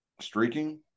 Streaking